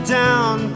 down